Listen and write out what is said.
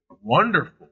wonderful